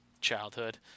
childhood